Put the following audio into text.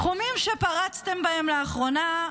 תחומים שפרצתם בהם לאחרונה,